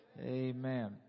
Amen